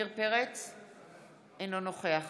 אינו נוכח